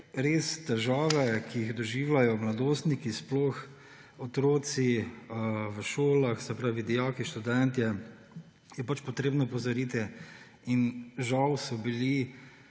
Na težave, ki jih doživljajo mladostniki, otroci v šolah, se pravi dijaki, študentje, je treba opozoriti. Žal so bili